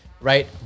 right